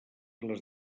les